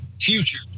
future